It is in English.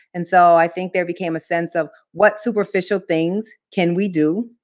and so i think there became a sense of, what superficial things can we do